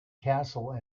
castle